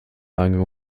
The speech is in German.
eingang